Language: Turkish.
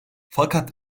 fakat